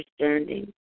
understanding